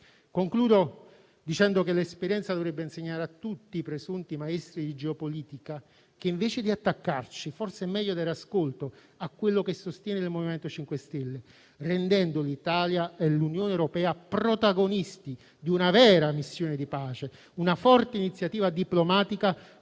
Concludo dicendo che l'esperienza dovrebbe insegnare a tutti i presunti maestri di geopolitica che invece di attaccarci forse è meglio dare ascolto a quello che sostiene il MoVimento 5 Stelle, rendendo l'Italia e l'Unione europea protagonisti di una vera missione di pace, di una forte iniziativa diplomatica